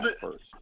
first